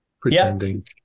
pretending